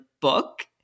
book